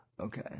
Okay